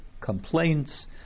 complaints